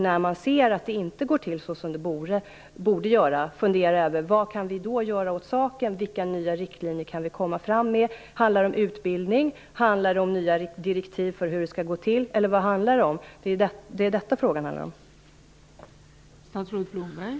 När man då ser att det inte går till som det borde göra måste man fundera: Vad kan vi göra åt saken? Vilka nya riktlinjer kan vi komma med? Handlar det om utbildning, handlar det om nya direktiv för hur det skall gå till eller vad handlar det om? Det är detta som är själva frågan.